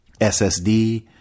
SSD